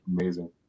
amazing